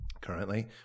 currently